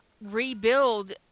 rebuild